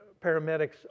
paramedics